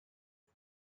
است